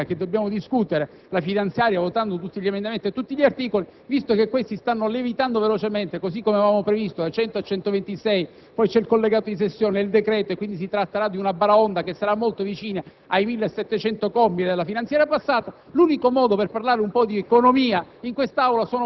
guardi che in quest'Aula probabilmente non parleremo di finanziaria, perché, per quanto si dica che dobbiamo discutere la finanziaria votando tutti gli emendamenti e tutti gli articoli, visto che questi stanno lievitando velocemente, così come avevamo previsto, da 100 a 126, poi c'è il collegato di sessione e il decreto e quindi si tratterà di una baraonda che sarà molto vicina